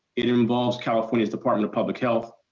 it involves california department of public health.